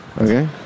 okay